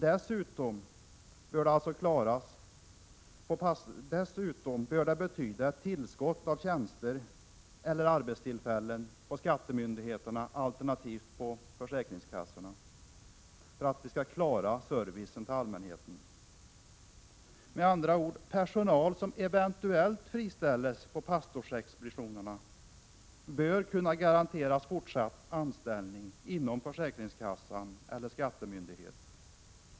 Dessutom bör omorganisationen betyda ett tillskott av tjänster eller arbetstillfällen på skattemyndigheterna alternativt på försäkringskassorna för att de skall klara av uppgiften att ge service till allmänheten. Med andra ord: Personal som eventuellt friställs på pastorsexpeditionerna bör kunna garanteras fortsatt anställning inom försäkringskassan eller skattemyndigheten.